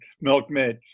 milkmaid